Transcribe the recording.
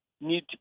need